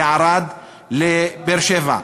לערד או לבאר-שבע.